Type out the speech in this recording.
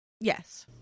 Yes